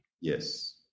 Yes